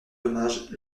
dommages